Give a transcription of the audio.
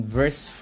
verse